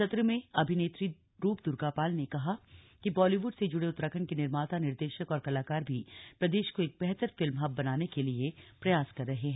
सत्र में अभिनेत्री रूप दुर्गापाल ने कहा कि बॉलीवुड से जुड़े उत्तराखण्ड के निर्माता निर्देशक और कलाकार भी प्रदेश को एक बेहतर फिल्म हब बनाने के लिए प्रयास कर रहे हैं